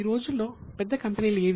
ఈ రోజుల్లో పెద్ద కంపెనీలు ఏవి